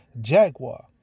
jaguar